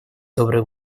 доброй